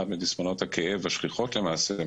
אחת מתסמונות הכאב השכיחות למעשה,